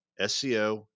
SEO